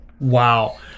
Wow